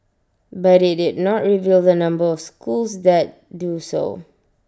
but IT did not reveal the number of schools that do so